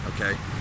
Okay